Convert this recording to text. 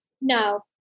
No